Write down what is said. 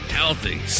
healthy